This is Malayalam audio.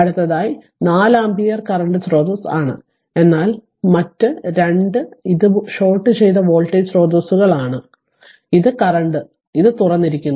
അടുത്തത് r 4 ആമ്പിയർ കറന്റ് സ്രോതസ്സ് ആണ് എന്നാൽ മറ്റ് 2 ഇത് ഷോർട്ട് ചെയ്ത വോൾട്ടേജ് സ്രോതസ്സാണ് ഇത് കറന്റ് ഇത് തുറന്നിരിക്കുന്നു